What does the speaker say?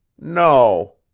no,